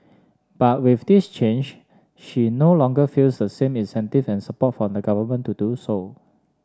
but with this change she no longer feels the same incentive and support from the Government to do so